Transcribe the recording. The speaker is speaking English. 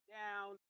down